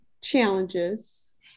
challenges